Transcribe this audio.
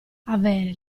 avere